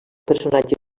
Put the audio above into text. personatge